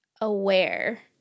aware